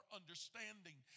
understanding